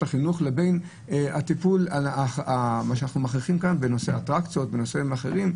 החינוך לבין הטיפול בנושא אטרקציות ובנושאים אחרים,